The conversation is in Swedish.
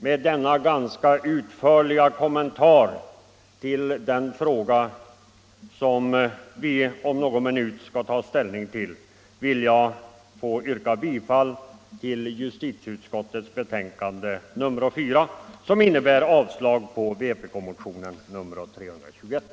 Med denna ganska utförliga kommentar till den fråga som vi om någon minut skall ta ställning till vill jag yrka bifall till utskottets hemställan i justitieutskottets betänkande nr 4, som innebär avslag på vpk-motionen 321.